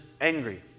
angry